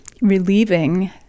relieving